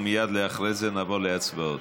ומייד אחרי זה נעבור להצבעות.